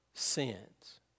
sins